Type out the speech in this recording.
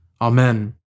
Amen